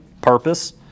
purpose